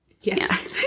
Yes